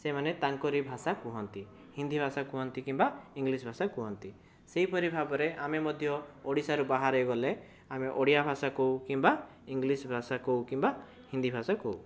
ସେମାନେ ତାଙ୍କରି ଭାଷା କୁହନ୍ତି ହିନ୍ଦୀ ଭାଷା କୁହନ୍ତି କିମ୍ବା ଇଂଲିଶ ଭାଷା କୁହନ୍ତି ସେହିପରି ଭାବରେ ଆମେ ମଧ୍ୟ ଓଡ଼ିଶାରୁ ବାହାରେ ଗଲେ ଆମେ ଓଡ଼ିଆ ଭାଷା କହୁ କିମ୍ବା ଇଂଲିଶ ଭାଷା କହୁ କିମ୍ବା ହିନ୍ଦୀ ଭାଷା କହୁ